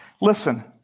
Listen